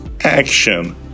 action